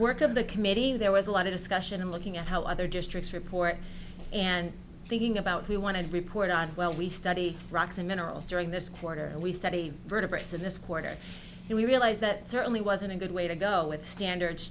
work of the committee there was a lot of discussion and looking at how other districts report and thinking about we want to report on well we study rocks and minerals during this quarter and we study vertebrates in this quarter and we realize that certainly wasn't a good way to go with standards